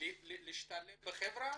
להשתלב בחברה